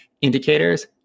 indicators